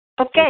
Okay